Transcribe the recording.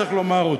צריך לומר אותו.